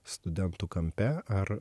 studentų kampe ar